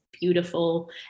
beautiful